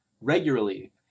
regularly